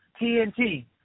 TNT